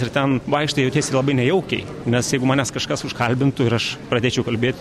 ir ten vaikštai jautiesi labai nejaukiai nes jeigu manęs kažkas užkalbintų ir aš pradėčiau kalbėt